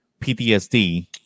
PTSD